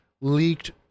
leaked